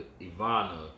Ivana